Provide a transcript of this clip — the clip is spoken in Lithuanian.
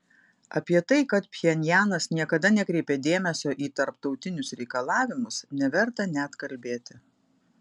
apie tai kad pchenjanas niekada nekreipė dėmesio į tarptautinius reikalavimus neverta net kalbėti